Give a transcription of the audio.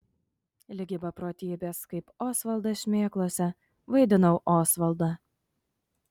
ligi beprotybės kaip osvaldas šmėklose vaidinau osvaldą